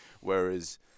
Whereas